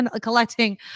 collecting